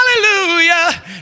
hallelujah